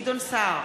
גדעון סער,